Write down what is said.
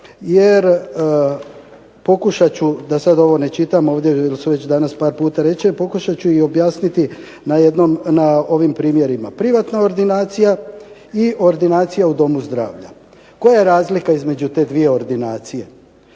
jer pokušat ću da sada ovdje ne čitam, jer su par puta danas rečeni, pokušat ću objasniti na ovim primjerima. Privatna ordinacija i ordinacija u domu zdravlja. Koja je razlika između te dvije ordinacije?